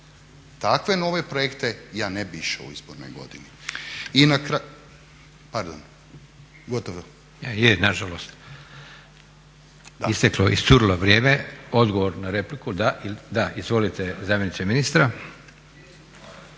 Takve nove projekte ja ne bih išao u izbornoj godini.